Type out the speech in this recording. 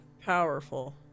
powerful